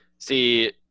See